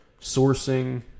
sourcing